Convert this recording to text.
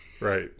Right